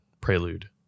Prelude